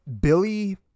Billy